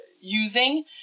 using